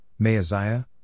Meaziah